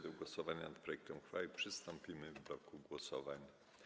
Do głosowania nad projektem uchwały przystąpimy w bloku głosowań.